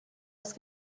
هست